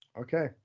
Okay